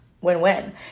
Win-win